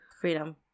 Freedom